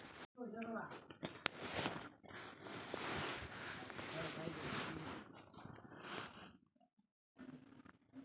पालतू जानवरेर गिनतीर हिसाबे पश्चिम बंगालत पालतू जानवरेर तादाद बहुत बढ़िलछेक